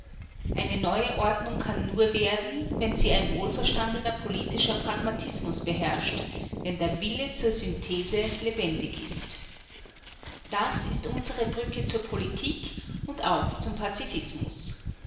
eine neue ordnung kann nur werden wenn sie ein wohlverstandener politischer pragmatismus beherrscht wenn der wille zur synthese lebendig ist das ist unsere brücke zur politik und auch zum pazifismus